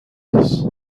است